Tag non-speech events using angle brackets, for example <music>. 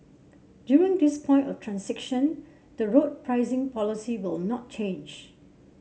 during this point of <unintelligible> the road pricing policy will not change